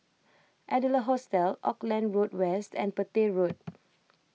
Adler Hostel Auckland Road West and Petir Road